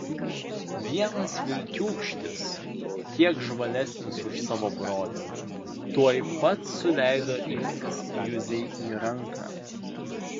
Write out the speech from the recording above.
vienas vilkiūkštis kiek žvalesnis už savo brolį tuoj pat suleido iltis juzei į ranką